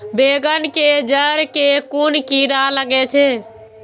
बेंगन के जेड़ में कुन कीरा लागे छै?